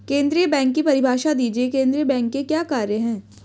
केंद्रीय बैंक की परिभाषा दीजिए केंद्रीय बैंक के क्या कार्य हैं?